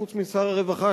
חוץ משר הרווחה,